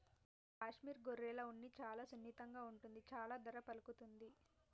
కాశ్మీర్ గొర్రెల ఉన్ని చాలా సున్నితంగా ఉంటుంది చాలా ధర పలుకుతుంది